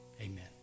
amen